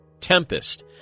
tempest